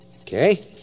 Okay